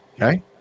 Okay